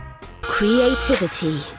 Creativity